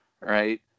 Right